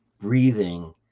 Breathing